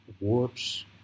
warps